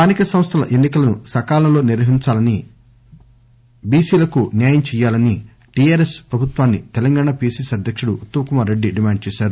స్థానిక సంస్థల ఎన్నికలను సకాలంలో నిర్వహించాలని బీసీలకు న్యాయం చేయాలని టీఆర్ఎస్ పభుత్వాన్ని తెలంగాణ పీసీసీ అధ్యక్షుడు ఉత్తమ్కుమార్రెడ్డి డిమాండ్ చేశారు